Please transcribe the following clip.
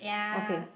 okay